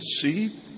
see